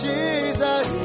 Jesus